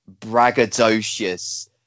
braggadocious